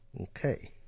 Okay